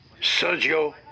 Sergio